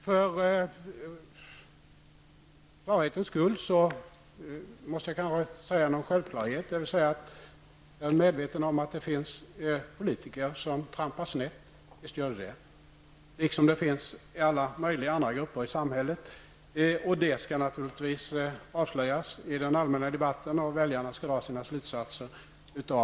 För tydlighetens skull måste jag kanske säga några självklarheter. Jag är medveten om att det finns politiker som trampar snett -- visst är det så -- liksom det finns sådana som trampar snett inom alla möjliga andra grupper i samhället. Sådant skall naturigtvis avslöjas i den allmänna debatten så att väljarna kan dra sina egna slutsatser.